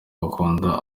bakunda